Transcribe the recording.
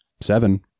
Seven